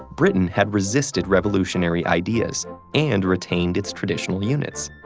britain had resisted revolutionary ideas and retained its traditional units.